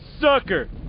sucker